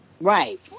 Right